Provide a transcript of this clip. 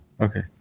Okay